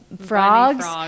frogs